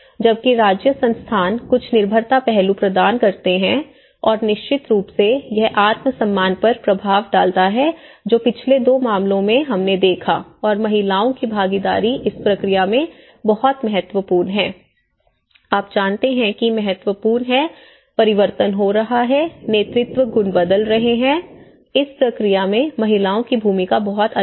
जबकि राज्य संस्थान कुछ निर्भरता पहलू प्रदान करते हैं और निश्चित रूप से यह आत्म सम्मान पर प्रभाव डालता है जो पिछले दो मामलों में जो हमने देखा है और महिलाओं की भागीदारी इस प्रक्रिया में बहुत महत्वपूर्ण है आप जानते हैं कि परिवर्तन हो रहा है नेतृत्व गुण बदल रहे हैं इस प्रक्रिया में महिलाओं की भूमिका बहुत अलग है